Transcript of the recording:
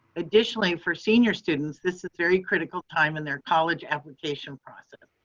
additionally, for senior students, this is very critical time in their college application process.